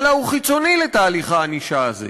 אלא הוא חיצוני לתהליך הענישה הזה.